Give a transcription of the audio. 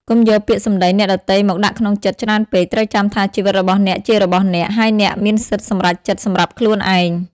កុំយកពាក្យសម្តីអ្នកដទៃមកដាក់ក្នុងចិត្តច្រើនពេក ត្រូវចាំថា ជីវិតរបស់អ្នកជារបស់អ្នក ហើយអ្នកមានសិទ្ធិសម្រេចចិត្តសម្រាប់ខ្លួនឯង ។